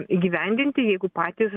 įgyvendinti jeigu patys